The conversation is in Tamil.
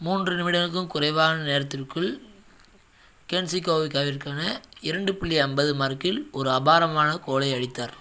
மூன்று நிமிடங்களுக்கும் குறைவான நேரத்திற்குள் கேன்சிகோகவிற்கான இரண்டு புள்ளி ஐம்பது மார்க்கில் ஒரு அபாரமான கோலை அடித்தார்